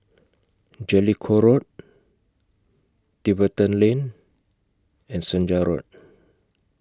Jellicoe Road Tiverton Lane and Senja Road